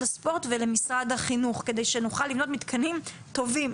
הספורט ומשרד החינוך כדי שנוכל לבנות מתקנים טובים,